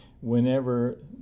whenever